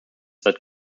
that